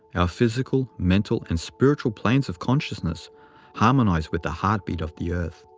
our physical, mental, and spiritual planes of consciousness harmonize with the heartbeat of the earth.